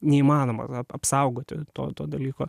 neįmanoma labiau apsaugoti to to dalyko